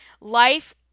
Life